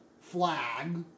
flag